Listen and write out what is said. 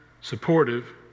supportive